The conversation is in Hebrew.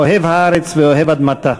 אוהב הארץ ואוהב אדמתה.